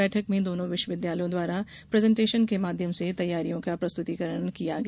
बैठक में दोनों विश्वविद्यालयों द्वारा प्रेजेंटेशन के माध्यम से तैयारियों का प्रस्तुतीकरण किया गया